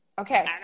Okay